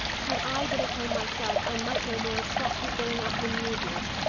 had i been at home myself, i might no more have stopped his going out than you did.